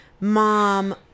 mom